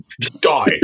Die